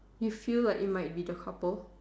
you feel like you might be the couple